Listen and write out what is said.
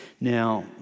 Now